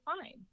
fine